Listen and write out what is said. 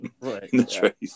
Right